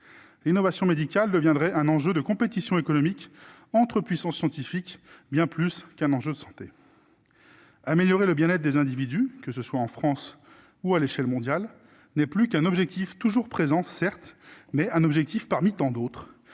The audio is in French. l'innovation médicale deviendrait un enjeu de compétition économique entre puissances scientifiques bien plus qu'un enjeu de santé améliorer le bien-être des individus, que ce soit en France ou à l'échelle mondiale n'est plus qu'un objectif, toujours présent, certes, mais un objectif parmi tant d'autres,